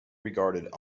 regarded